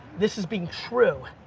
this is being true,